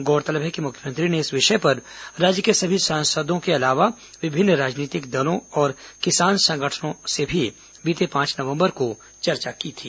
गौरतलब है कि मुख्यमंत्री ने इस विषय पर राज्य के सभी सांसदों के अलावा विभिन्न राजनैतिक दलों और किसान संगठनों से भी बीते पांच नवम्बर को चर्चा की थी